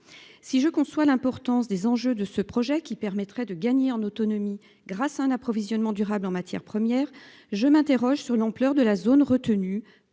Si je conçois l'importance des enjeux de ce projet qui permettrait de gagner en autonomie grâce à un approvisionnement durable en matières premières. Je m'interroge sur l'ampleur de la zone retenue